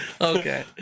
Okay